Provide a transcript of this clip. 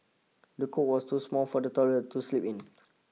the cot was too small for the toddler to sleep in